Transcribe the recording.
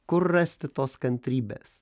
kur rasti tos kantrybės